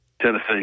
Tennessee